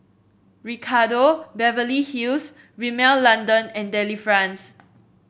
Ricardo Beverly Hills Rimmel London and Delifrance